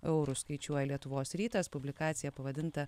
eurų skaičiuoja lietuvos rytas publikacija pavadinta